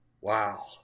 Wow